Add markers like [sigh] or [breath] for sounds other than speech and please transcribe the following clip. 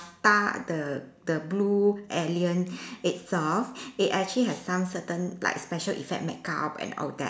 ~tar the the blue alien it soft [breath] it actually has some certain like special effect makeup and all that